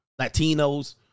Latinos